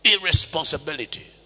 irresponsibility